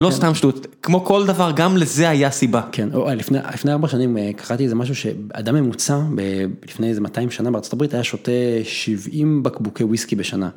לא סתם שטות, כמו כל דבר, גם לזה היה סיבה. כן, לפני ארבע שנים קחתי איזה משהו שאדם ממוצע, לפני איזה 200 שנה בארה״ב, היה שותה 70 בקבוקי וויסקי בשנה.